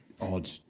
odd